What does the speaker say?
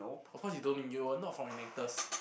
of course you don't mean you were not from Enactus